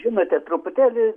žinote truputėlį